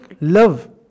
love